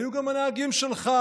היו גם הנהגים שלך,